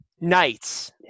knights